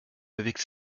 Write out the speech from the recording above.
bewegt